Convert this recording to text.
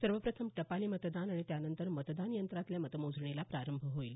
सर्वप्रथम टपाली मतदान आणि त्यानंतर मतदान यंत्रांतल्या मतमोजणीला प्रारंभ होईल